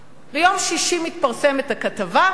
ביום שישי מתפרסמת הכתבה,